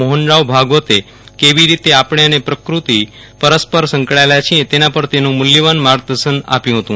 મોહનરાવ ભાગવતે કેવી રીતે આપણે અને પ્રકૃતિ પરસ્પર સંકળાયેલા છીએ તેના પર તેનું મુલ્યવાન માર્ગદર્શન આપ્યું હતું